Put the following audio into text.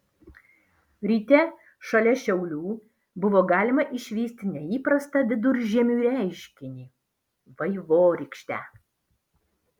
ryte šalia šiaulių buvo galima išvysti neįprastą viduržiemiui reiškinį vaivorykštę